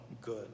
good